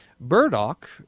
Burdock